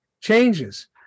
changes